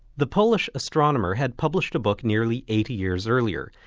the polish astronomer had published a book nearly eighty years earlier,